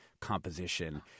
composition